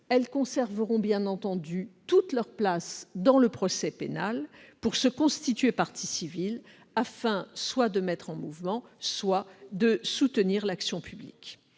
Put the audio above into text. celles-ci conserveront bien entendu toute leur place dans le procès pénal, se constituant partie civile afin soit de mettre en mouvement, soit de soutenir l'action publique.